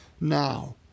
now